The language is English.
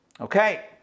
Okay